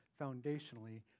foundationally